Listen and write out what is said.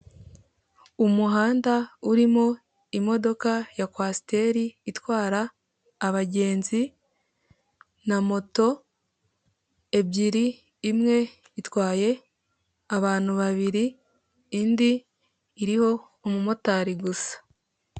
Umuhanda urimo imodoka ya kwasteri itwara abagenzi na moto, ebyiri imwe itwaye abantu babiri indi iriho umumotari gusa.